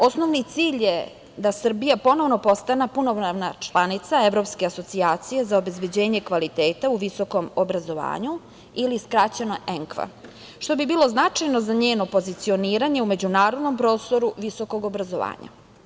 Osnovni cilj je da Srbija ponovno postane punopravna članica Evropske asocijacije za obezbeđenje kvaliteta u visokom obrazovanju ili skraćeno ENQA, što bi bilo značajno za njeno pozicioniranje u međunarodnom prostoru visokog obrazovanja.